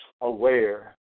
aware